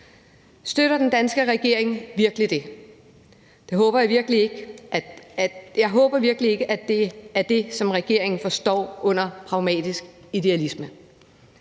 Støtter den danske regering virkelig det? Jeg håber virkelig ikke, at det er det, som regeringen forstår ved pragmatisk idealisme.